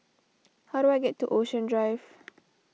how do I get to Ocean Drive